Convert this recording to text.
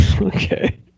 Okay